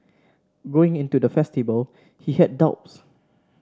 going into the festival he had doubts